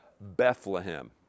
Bethlehem